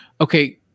okay